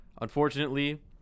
Unfortunately